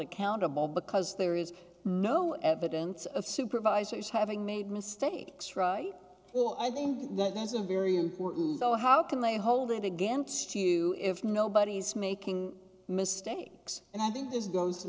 accountable because there is no evidence of supervisors having made mistakes right well i think that there's a very important though how can they hold it against you if nobody's making mistakes and i think this goes to